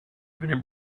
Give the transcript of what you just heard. been